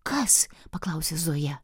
kas paklausė zoja